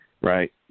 right